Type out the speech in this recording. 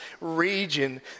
region